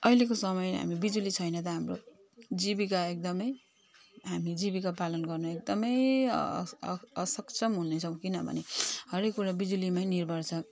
अहिलेको समय हामी छैन त बिजुली छैन त हाम्रो जीविका एकदमै हामी जीविका पालन गर्नु एकदमै अ अ असक्षम हुनेछौँ किनभने हरेक कुरा बिजुलीमै निर्भर छ